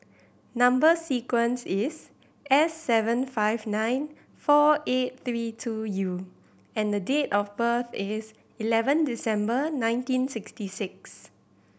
number sequence is S seven five nine four eight three two U and date of birth is eleven December nineteen sixty six